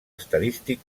estadístic